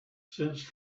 since